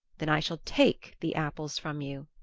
then i shall take the apples from you,